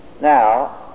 Now